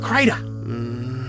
Crater